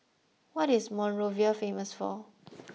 what is Monrovia famous for